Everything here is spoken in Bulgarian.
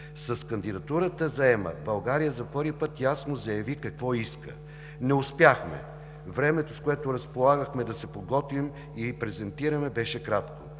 С кандидатурата за ЕМА България за втори път ясно заяви какво иска. Не успяхме. Времето, с което разполагахме да се подготвим и презентираме, беше кратко.